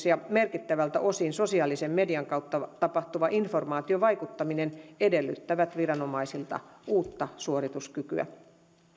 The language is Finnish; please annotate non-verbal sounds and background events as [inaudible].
[unintelligible] ja merkittävältä osin sosiaalisen median kautta tapahtuva informaatiovaikuttaminen edellyttävät viranomaisilta uutta suorituskykyä